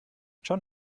schon